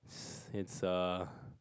it's a